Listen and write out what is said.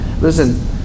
Listen